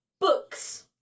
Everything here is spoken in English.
books